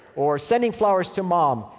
or sending flowers to mom,